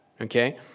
okay